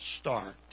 start